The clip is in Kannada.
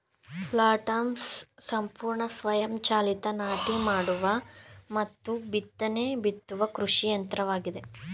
ಪ್ಲಾಂಟರ್ಸ್ ಸಂಪೂರ್ಣ ಸ್ವಯಂ ಚಾಲಿತ ನಾಟಿ ಮಾಡುವ ಮತ್ತು ಬಿತ್ತನೆ ಬಿತ್ತುವ ಕೃಷಿ ಯಂತ್ರವಾಗಿದೆ